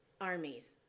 armies